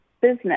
business